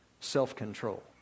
self-control